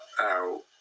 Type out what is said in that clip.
out